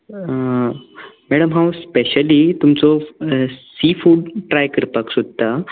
madam हांव specially तुमचो seafood try करपाक सोदतां